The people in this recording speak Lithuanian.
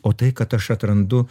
o tai kad aš atrandu